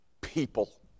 People